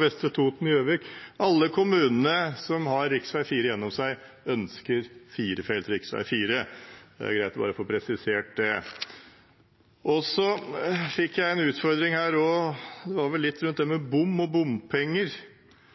Vestre Toten, Gjøvik – alle kommunene som har rv. 4 gjennom seg, ønsker firefelts rv. 4. Det er greit bare å få presisert det. Jeg fikk også en utfordring rundt dette med bom og bompenger. Det var vel representanten Aasrud fra Arbeiderpartiet som snakket litt om det.